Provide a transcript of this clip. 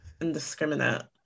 indiscriminate